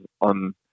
on